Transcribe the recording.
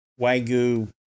Wagyu